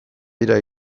bira